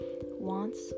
wants